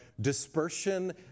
dispersion